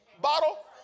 bottle